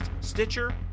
Stitcher